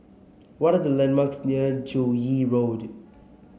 what are the landmarks near Joo Yee Road